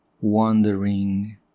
wandering